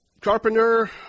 Carpenter